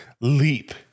leap